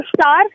star